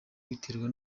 biterwa